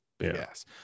yes